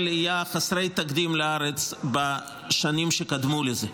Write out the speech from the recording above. עלייה חסרי תקדים לארץ בשנים שקדמו לזה.